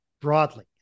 broadly